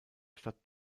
stadt